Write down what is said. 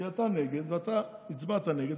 כי אתה נגד ואתה הצבעת נגד,